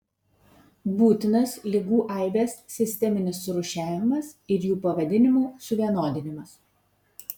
būtinas ligų aibės sisteminis surūšiavimas ir jų pavadinimų suvienodinimas